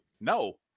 no